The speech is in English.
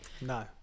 No